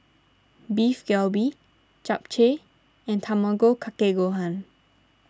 Beef Galbi Japchae and Tamago Kake Gohan